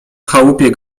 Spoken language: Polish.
chałupie